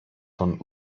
von